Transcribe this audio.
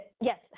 yes